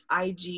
IG